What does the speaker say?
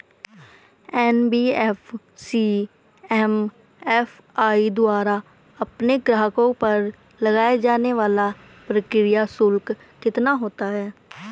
NBFC MFI द्वारा अपने ग्राहकों पर लगाए जाने वाला प्रक्रिया शुल्क कितना होता है?